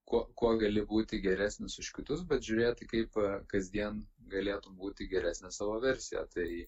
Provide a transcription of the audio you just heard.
kuo kuo gali būti geresnis už kitus bet žiūrėti kaip kasdien galėtų būti geresne savo versija tai